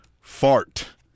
fart